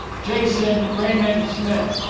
jason raymond smith